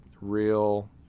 real